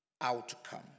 outcome